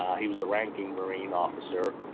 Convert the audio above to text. he was the ranking marine officer.